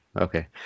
okay